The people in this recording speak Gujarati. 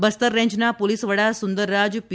બસ્તર રેન્જના પોલીસ વડા સુંદર રાજ પી